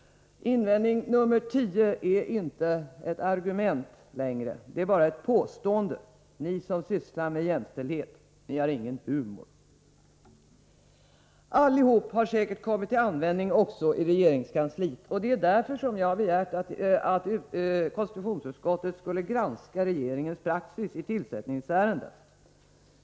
Invändning nr 10 är inte ett argument längre. Det är bara ett påstående: Ni som sysslar med jämställdhet har ingen humor. Allihop har säkert kommit till användning också i regeringskansliet, och det är därför som jag har begärt att konstitutionsutskottet skulle granska regeringens praxis i tillsättningsärenden.